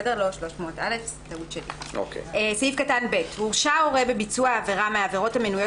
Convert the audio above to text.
300א. "(ב)הורשע הורה בביצוע עבירה מהעבירות המנויות